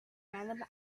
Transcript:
random